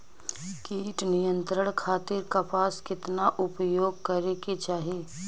कीट नियंत्रण खातिर कपास केतना उपयोग करे के चाहीं?